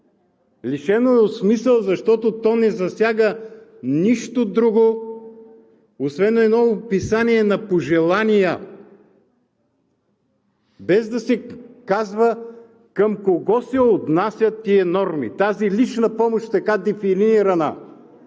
Лишено е от смисъл, защото то не засяга нищо друго освен едно описание на пожелания, без да се казва към кого се отнасят тези норми, тази лична помощ, така дефинирана.